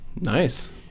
nice